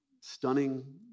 stunning